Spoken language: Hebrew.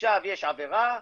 עכשיו יש עבירה,